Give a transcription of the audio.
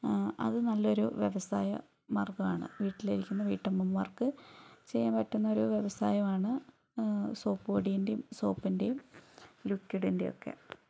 അത് നല്ലൊരു വ്യവസായ മാർഗമാണ് വീട്ടിലിരിക്കുന്ന വീട്ടമ്മമാർക്ക് ചെയ്യാൻ പറ്റുന്ന ഒരു വ്യവസായമാണ് സോപ്പ്പൊടീന്റേം സോപ്പിന്റേയും ലിക്വിഡിൻന്റേയും ഒക്കെ